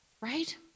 Right